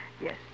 Yes